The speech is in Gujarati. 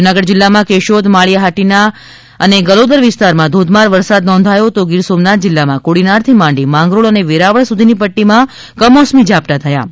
જુનાગઢ જિલ્લામાં કેશોદ માળીયા હાટીના ને ગલોદર વિસ્તારમાં ધોધમાર વરસાદ નોંધાયો છે તો ગિરસોમનાથ જીલ્લામાં કોડીનાર થી માંડી માંગરોળ ને વેરાવળ સુધી ની પદ્દી માં કમોસમી ઝાપટાં થયા છે